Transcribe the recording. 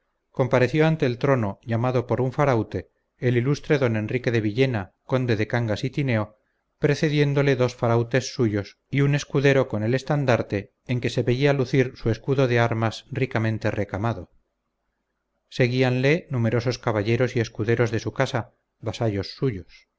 compareció ante el trono llamado por un faraute el ilustre don enrique de villena conde de cangas y tineo